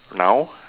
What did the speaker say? now